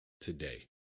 today